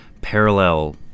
parallel